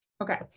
Okay